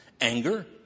anger